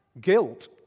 Guilt